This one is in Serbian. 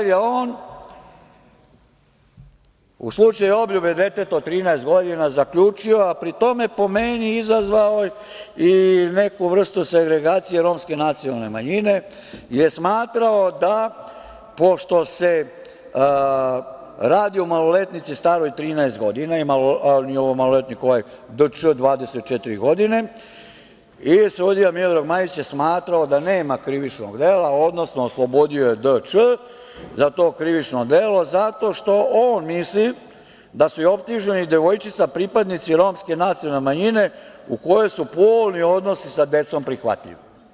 On je u slučaju obljube deteta od 13 godina zaključio, a pri tome po meni izazvao i neku vrstu segregacije romske nacionalne manjine, smatrao je da, pošto se radi o maloletnici staroj 13 godina, a ovaj nije maloletnik, D. Č. 24 godine i sudija Miodrag Majić je smatrao da nema krivičnog dela, odnosno oslobodio je D. Č. za to krivično delo zato što on misli da su i optuženi i devojčica pripadnici romske nacionalne manjine u kojoj su polni odnosi sa decom prihvatljivi.